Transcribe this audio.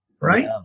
right